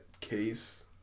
case